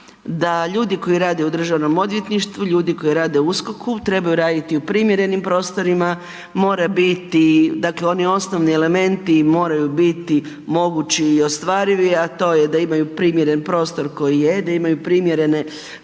da ljudi koji rade u državnom odvjetništvu, ljudi koji rade u USKOK-u trebaju raditi u primjerenim prostorima, mora biti, dakle oni osnovni elementi moraju biti mogući i ostvarivi, a to je da imaju primjeren prostor koji je, da imaju primjerene kompjutere